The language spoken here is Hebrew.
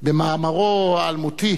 במאמרו האלמותי